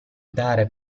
dare